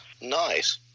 nice